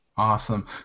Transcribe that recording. Awesome